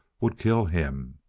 would kill him.